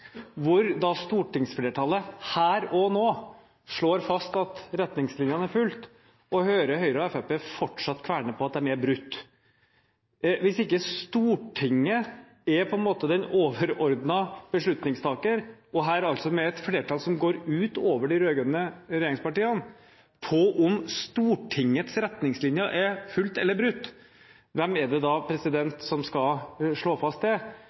hvor stortingsflertallet her og nå slår fast at retningslinjene er fulgt, og høre Høyre og Fremskrittspartiet fortsatt kverne på at de er brutt. Hvis ikke Stortinget er den overordnede beslutningstaker – her med et flertall som går ut over de rød-grønne regjeringspartiene – på om Stortingets retningslinjer er fulgt eller brutt, hvem er det da som skal slå fast det?